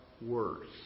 worse